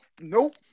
nope